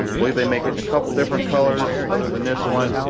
believe they make it in a couple different colors other than this one.